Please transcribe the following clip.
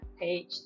page